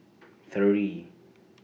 three